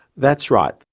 that's right.